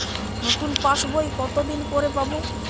নতুন পাশ বই কত দিন পরে পাবো?